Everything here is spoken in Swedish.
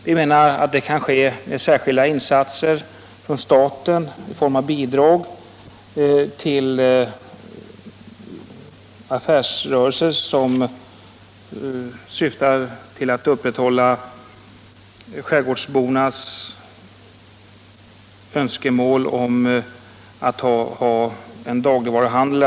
Vi menar att det kan ske genom särskilda insatser från staten i form av bidrag till affärsrörelser som ger skärgårdsborna tillgång till dagligvaruhandel.